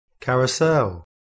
carousel